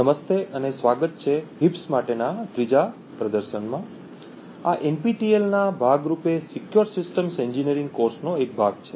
નમસ્તે અને સ્વાગત છે હીપ્સ માટેના આ ત્રીજા પ્રદર્શનમાં આ એનપીટીએલ ના ભાગ રૂપે સિક્યોર સિસ્ટમ એન્જિનિયરિંગ કોર્સનો એક ભાગ છે